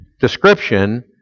description